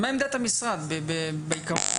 מה עמדת המשרד בעיקרון?